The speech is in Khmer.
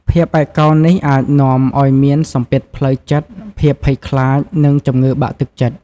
ភាពឯកោនេះអាចនាំឲ្យមានសម្ពាធផ្លូវចិត្ត ភាពភ័យខ្លាច និងជំងឺបាក់ទឹកចិត្ត។